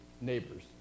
neighbors